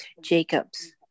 Jacobs